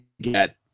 get